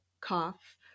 cough